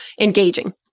engaging